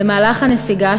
במהלך הנסיגה,